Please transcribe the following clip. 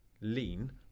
lean